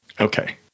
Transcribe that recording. Okay